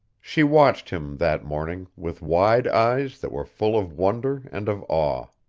she watched him, that morning, with wide eyes that were full of wonder and of awe.